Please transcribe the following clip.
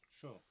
Sure